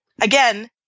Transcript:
Again